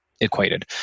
equated